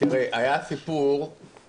חבר הכנסת אלעזר שטרן.